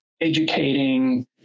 educating